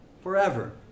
Forever